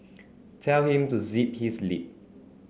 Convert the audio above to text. tell him to zip his lip